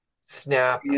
Snap